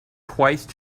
twice